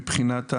מבחינת,